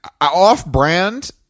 Off-brand